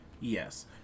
Yes